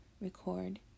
record